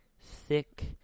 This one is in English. thick